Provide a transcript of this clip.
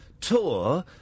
tour